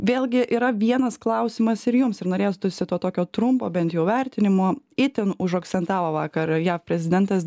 vėlgi yra vienas klausimas ir jums ir norėtųsi to tokio trumpo bent jau vertinimo itin užakcentavo vakar jav prezidentas